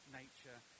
nature